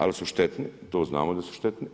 Ali su štetni, to znamo da su štetni